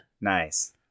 Nice